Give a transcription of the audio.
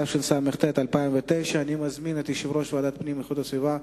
התשס"ט 2009. אני מזמין את יושב-ראש ועדת הפנים והגנת הסביבה,